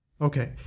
Okay